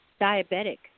diabetic